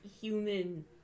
human